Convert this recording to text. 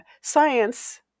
science